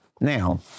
Now